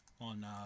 on